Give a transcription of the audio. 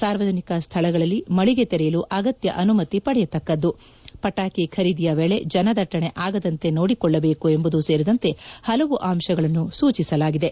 ಸಾರ್ವಜನಿಕ ಸ್ದಳಗಳಲ್ಲಿ ಮಳಿಗೆ ತೆರೆಯಲು ಅಗತ್ಯ ಅನುಮತಿ ಪಡೆಯತಕ್ಕದ್ದು ಪಟಾಕಿ ಖರೀದಿಯ ವೇಳೆ ಜನದಟ್ಟಣೆ ಆಗದಂತೆ ನೋಡಿಕೊಳ್ಳಬೇಕು ಎಂಬುದು ಸೇರಿದಂತೆ ಹಲವು ಅಂಶಗಳನ್ನು ಸೂಚಿಸಲಾಗಿದೆ